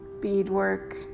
beadwork